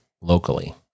locally